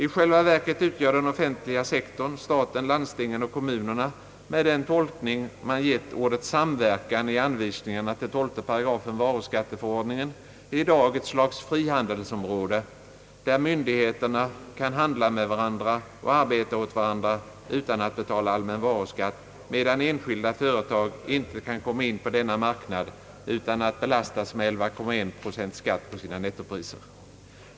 I själva verket utgör den offentliga sektorn — staten, landstingen och kommunerna — med den tolkning man gett ordet »samverkan» i anvisningarna till 12 § varuskatteförordningen i dag ett slags frihandelsområde, där myndigheterna kan handla med varandra och arbeta åt varandra utan att betala allmän varuskatt, medan enskilda företag inte kan komma in på denna marknad utan att belastas med 11,1 procents skatt på sina nettopriser.